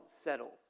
settle